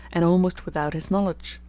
and almost without his knowledge.